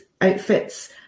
outfits